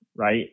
right